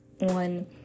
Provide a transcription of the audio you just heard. on